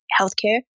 healthcare